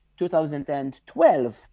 2012